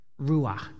Ruach